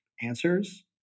answers